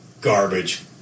garbage